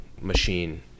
machine